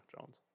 Jones